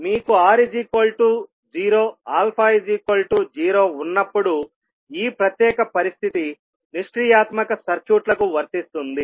మీకు R 0 α 0 ఉన్నప్పుడు ఈ ప్రత్యేక పరిస్థితి నిష్క్రియాత్మక సర్క్యూట్లకు వర్తిస్తుంది